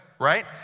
Right